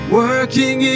working